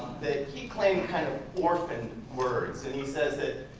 that he claimed kind of orphaned words. and he says that